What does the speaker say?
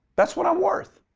that's what i'm worth.